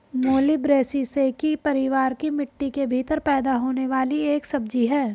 मूली ब्रैसिसेकी परिवार की मिट्टी के भीतर पैदा होने वाली एक सब्जी है